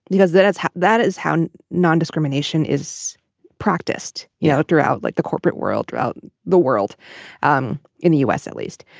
because that's how that is how non-discrimination is practiced. you know throughout like the corporate world throughout the world um in the u s. at least.